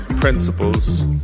principles